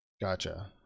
Gotcha